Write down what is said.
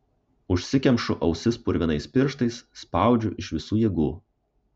užsikemšu ausis purvinais pirštais spaudžiu iš visų jėgų